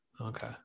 okay